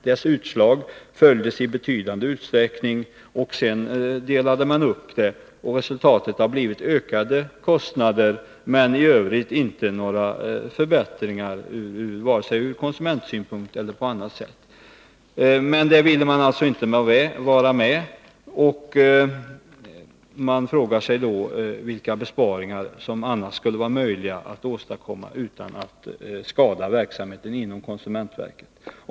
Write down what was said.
Dess utslag följdes i betydande utsträckning. Sedan delade man upp arbetet, och resultatet har blivit ökade kostnader och i övrigt inte några förbättringar vare sig ur konsumentsynpunkt eller på annat sätt. De borgerliga ville alltså inte gå med på vårt förslag. Jag frågar miig då vilka besparingar som annars är möjliga att åstadkomma utan att skada verksamheten inom konsumentverket.